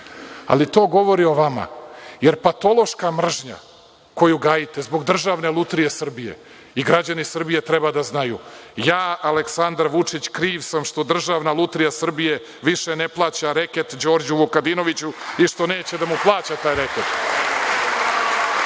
Ali, to govori o vama, jer je patološka mržnja koju gajite zbog Državne lutrije Srbije. Građani Srbije treba da znaju, ja, Aleksandar Vučić, kriv sam što Državna lutrija Srbije više ne plaća reket Đorđu Vukadinoviću i što više neće da mu plaća taj reket